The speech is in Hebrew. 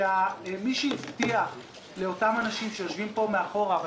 שמי שהבטיח לאותם אנשים שיושבים פה מאחורה פיצוי אבל